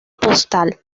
postal